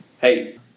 hey